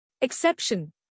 Exception